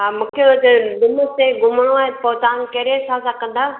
हा मूंखे हुते डुमस ते घुमिणो आहे त पोइ तव्हां कहिड़े हिसाबु सां कंदा